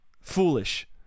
Foolish